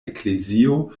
eklezio